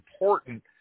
important